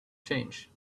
change